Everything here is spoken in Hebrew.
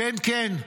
'כן, כן,